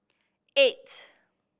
eight